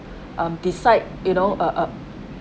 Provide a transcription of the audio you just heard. um decide you know uh uh